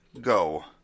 go